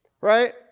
Right